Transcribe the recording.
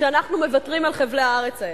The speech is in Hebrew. שאנחנו מוותרים על חבלי הארץ האלה.